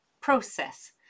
process